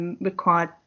required